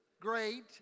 great